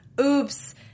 oops